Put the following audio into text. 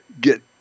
get